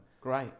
Great